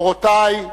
מורותי,